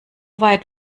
weit